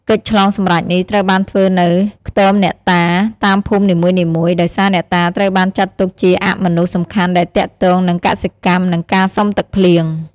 កិច្ចឆ្លងសម្រេចនេះ ត្រូវបានធ្វើនៅ ខ្ទមអ្នកតា តាមភូមិនីមួយៗ ដោយសារអ្នកតាត្រូវបានចាត់ទុកជាអមនុស្សសំខាន់ដែលទាក់ទងនឹងកសិកម្ម និងការសុំទឹកភ្លៀង។